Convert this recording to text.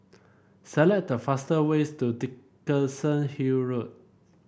select the fastest ways to Dickenson Hill Road